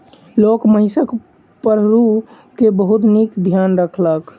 लोक महिषक पड़रू के बहुत नीक ध्यान रखलक